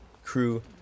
crew